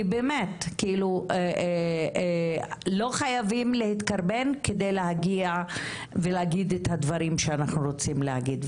לא חייבים להתקרבן כדי להגיע ולהגיד את הדברים שאנחנו רוצים להגיד.